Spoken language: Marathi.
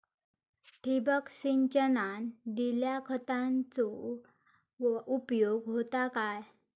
ठिबक सिंचनान दिल्या खतांचो उपयोग होता काय?